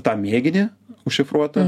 tą mėginį užšifruotą